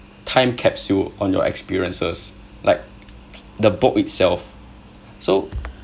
time capsule on your experiences like the book itself so